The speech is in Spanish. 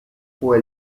fue